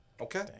Okay